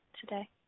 today